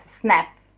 snap